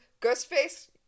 Ghostface